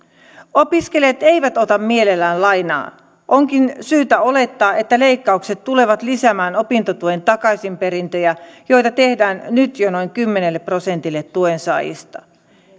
opiskelijat eivät ota mielellään lainaa onkin syytä olettaa että leikkaukset tulevat lisäämään opintotuen takaisinperintöjä joita tehdään nyt jo noin kymmenelle prosentille tuensaajista